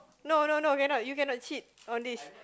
no no no cannot you cannot cheat on this